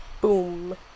Boom